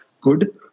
good